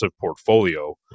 portfolio